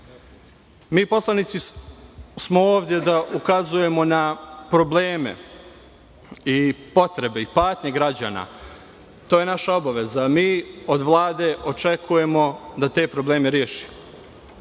Mi poslanici smo ovde da ukazujemo na probleme i potrebe i patnje građana. To je naša obaveza. Mi od Vlade očekujemo da te probleme reši.